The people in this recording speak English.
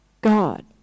God